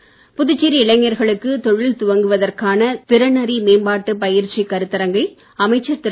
தொழில் புதுச்சேரி இளைஞ்களுக்கு துவங்குவதற்கான திறனறி மேம்பாட்டு பயிற்சி கருத்தரங்கை அமைச்சர் திரு